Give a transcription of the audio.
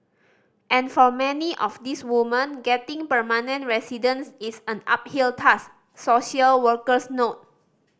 and for many of these woman getting permanent residence is an uphill task social workers note